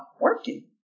working